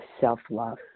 self-love